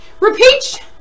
Repeat